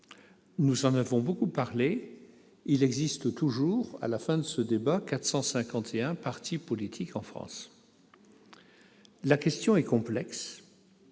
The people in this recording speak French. Nous en avons beaucoup parlé, mais il existe toujours, à la fin de ce débat, 451 partis politiques en France. La question, certes complexe,